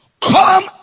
Come